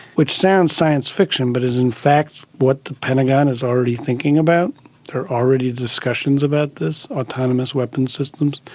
which sounds science fiction but is in fact what the pentagon is already thinking about, there are already discussions about this, autonomous weapons systems,